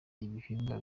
ibihingwa